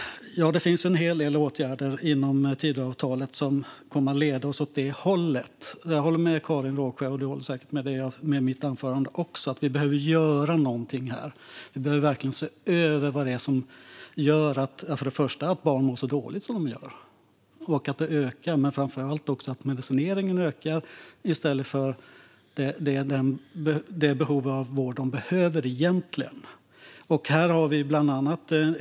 Det finns en hel del åtgärder inom Tidöavtalet som kommer att leda oss åt det hållet. Jag håller med Karin Rågsjö, och hon håller säkert med om det jag sa i mitt anförande också, om att vi behöver göra någonting här. Vi behöver verkligen se över vad det är som gör att barn mår så dåligt, varför det dåliga måendet ökar och framför allt också varför medicineringen ökar i stället för den vård som de egentligen skulle behöva.